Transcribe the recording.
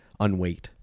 unweight